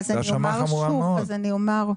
אז אני אומר שוב,